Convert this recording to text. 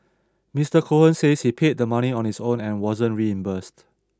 Mister Cohen says he paid the money on his own and wasn't reimbursed